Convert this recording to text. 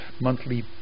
monthly